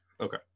Okay